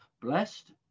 blessed